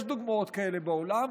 יש דוגמאות כאלה בעולם,